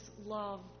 love